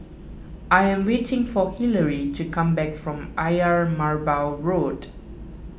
I am waiting for Hilary to come back from Ayer Merbau Road